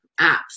apps